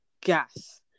gas